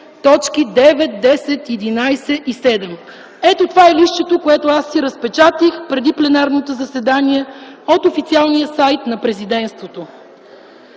т. 7, 9, 10 и 11. Ето, това е листчето, което си разпечатах преди пленарното заседание от официалния сайт на Президентството.